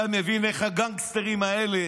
אתה מבין איך הגנגסטרים האלה